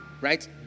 right